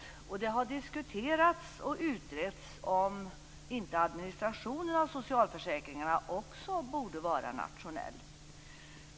Det har diskuterats och utretts om inte administrationen av socialförsäkringarna också borde vara nationell.